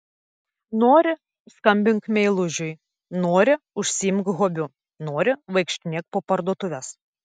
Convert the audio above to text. nori skambink meilužiui nori užsiimk hobiu nori vaikštinėk po parduotuves